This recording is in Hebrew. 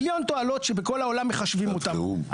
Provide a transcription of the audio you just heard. מיליון תועלות שבכל העולם מחשבים אותם.